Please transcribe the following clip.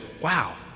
wow